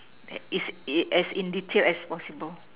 that is in detailed as possible